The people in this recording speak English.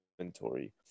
inventory